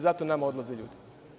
Zato nama odlaze ljudi.